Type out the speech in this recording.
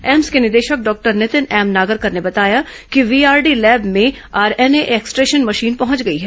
AIIMS के निदेशक doctor Nitin M Nagarkar ने बताया कि वीआरडी लैब में आरएनए एक्सट्रेशन मशीन पहुंच गई है